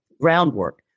groundwork